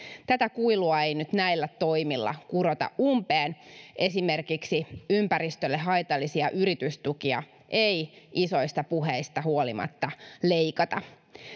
tätä kuilua ei nyt näillä toimilla kurota umpeen esimerkiksi ympäristölle haitallisia yritystukia ei isoista puheista huolimatta leikata